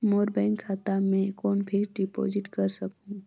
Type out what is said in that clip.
मोर bank खाता मे कौन फिक्स्ड डिपॉजिट कर सकहुं?